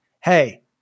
Hey